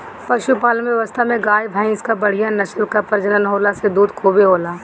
पशुपालन व्यवस्था में गाय, भइंस कअ बढ़िया नस्ल कअ प्रजनन होला से दूध खूबे होला